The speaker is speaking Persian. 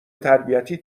تربیتی